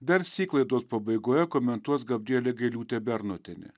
darsyk laidos pabaigoje komentuos gabrielė gailiūtė bernotienė